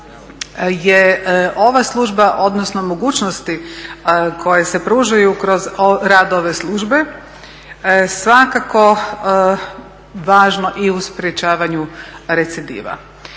je ova služba, odnosno mogućnosti koje se pružaju kroz rad ove službe svakako važno i u sprječavanju recidiva.